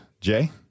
Jay